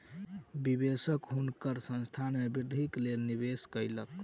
निवेशक हुनकर संस्थान के वृद्धिक लेल निवेश कयलक